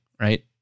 Right